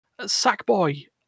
Sackboy